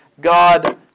God